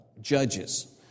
Judges